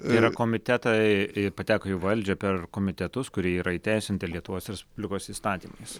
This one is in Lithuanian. yra komitetai pateko į valdžią per komitetus kurie yra įteisinti lietuvos respublikos įstatymais